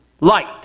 light